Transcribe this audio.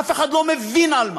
אף אחד לא מבין על מה.